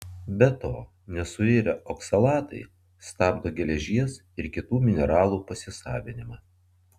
be to nesuirę oksalatai stabdo geležies ir kitų mineralų pasisavinimą